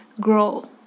grow